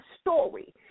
story